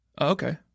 Okay